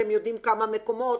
אתם יודעים כמה מקומות?